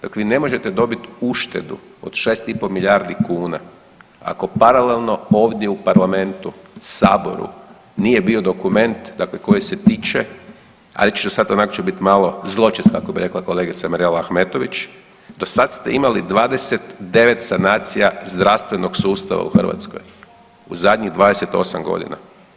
Dakle vi ne možete dobiti uštedu od 6,5 milijardi kuna, ako paralelno ovdje u parlamentu, Saboru, nije bio dokument dakle koji se tiče, a reći ću sad, onak ću bit malo, zločest, kako bi rekla kolegica Mirela Ahmetović, do sad ste imali 29 sanacija zdravstvenog sustava u Hrvatskoj u zadnjih 28 godina.